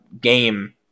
game